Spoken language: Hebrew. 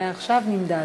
מעכשיו זה נמדד.